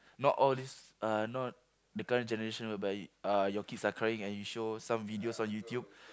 not all this uh not the current generation whereby uh your kids are crying and you show some videos on YouTube